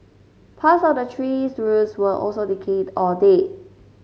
parts of the tree's roots were also decayed or dead